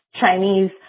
Chinese